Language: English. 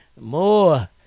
more